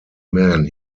man